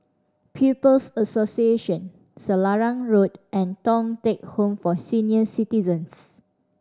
People's Association Selarang Road and Thong Teck Home for Senior Citizens